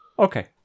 Okay